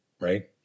right